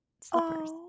slippers